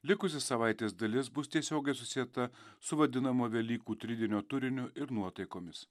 likusi savaitės dalis bus tiesiogiai susieta su vadinamo velykų tridienio turiniu ir nuotaikomis